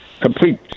complete